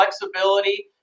flexibility